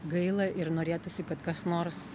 gaila ir norėtųsi kad kas nors